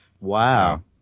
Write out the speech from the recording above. Wow